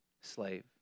slave